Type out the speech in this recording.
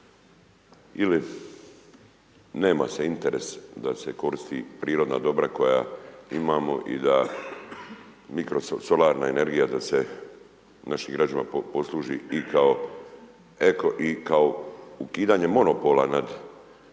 ili nema se interes da se koristi prirodna dobra koja imamo i da mikrosolarne energije da se našim građanima posluži i kao ukidanje monopola po